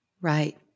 right